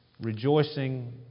rejoicing